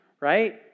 right